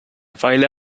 weile